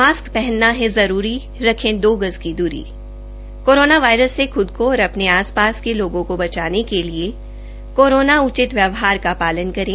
mask हनना है जरूरी रखे दो गज की दूरी कोरोना वायरस से खुद को और अधने आस धास के लोगों को बचाने के लिए कोरोना उचित व्यवहार का शालन करें